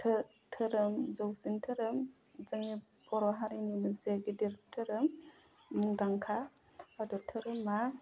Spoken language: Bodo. धोरोम जौसिन धोरोम जोंनि बर' हारिनि मोनसे गेदेर धोरोम मुंदांखा बाथौ धोरोमा